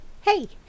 Hey